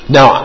Now